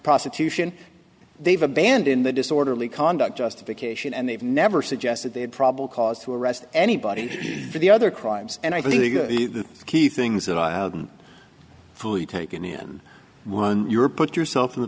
prostitution they've abandoned the disorderly conduct justification and they've never suggested they had probable cause to arrest anybody for the other crimes and i think the key things that are fully taken in one you're put yourself in the